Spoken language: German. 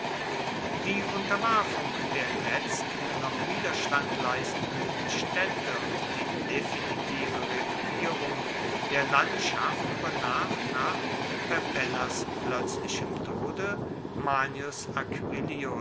die unterwerfung der letzten noch widerstand leistenden städte und die definitive regulierung der landschaft übernahm nach perpennas plötzlichem tode manius